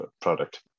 product